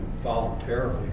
voluntarily